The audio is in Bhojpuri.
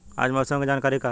आज मौसम के जानकारी का ह?